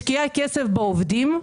משקיעה כסף בעובדים,